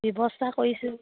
ব্যৱস্থা কৰিছোঁ